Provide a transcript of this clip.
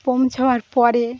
পৌঁছাবার পরে